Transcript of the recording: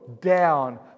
down